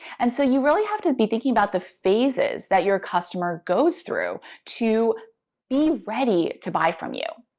and so you really have to be thinking about the phases that your customer goes through to be ready to buy from you.